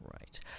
right